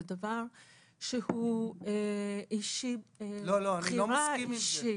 זה דבר שהוא אישי, שהוא בחירה אישית.